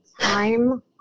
time